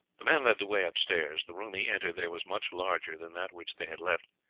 the man led the way upstairs. the room he entered there was much larger than that which they had left,